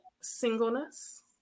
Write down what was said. singleness